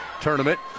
tournament